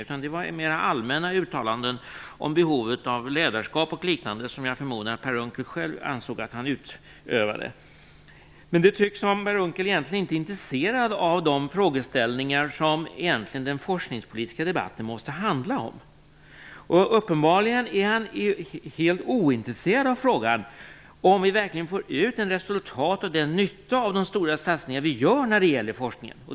Det är mer fråga om allmänna uttalanden om behovet av ledarskap och liknande som jag förmodar att Per Unckel själv anser att han utövar. Men det tycks som om Per Unckel egentligen inte är intresserad av de frågeställningar som den forskningspolitiska debatten måste handla om. Uppenbarligen är han helt ointresserad av frågan om vi verkligen får ut ett resultat och en nytta av de stora satsningar som vi gör när det gäller forskningen.